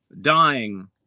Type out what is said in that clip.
dying